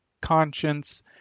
conscience